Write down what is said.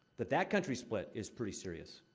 that that country split is pretty serious.